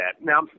Now